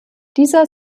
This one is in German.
dieser